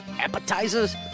appetizers